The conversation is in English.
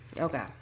okay